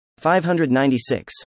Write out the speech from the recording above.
596